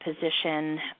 position